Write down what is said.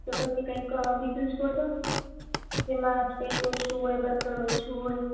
તો પછી કંઈક બીજું જ ગોતો ને જેમાં સ્ટ્રેસ ઓછું હોય વર્કલોડ ઓછું હોય